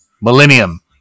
Millennium